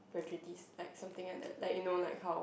prejudice like something like that like you know like how